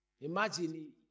Imagine